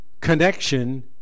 connection